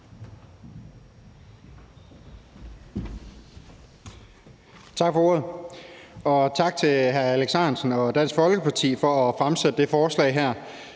Tak for ordet. Og tak til hr. Alex Ahrendtsen og Dansk Folkeparti for at fremsætte det her forslag.